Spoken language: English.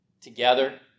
together